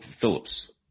Phillips